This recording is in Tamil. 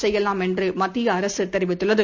செய்யலாம் என்று மத்திய அரசு தெரிவித்துள்ளது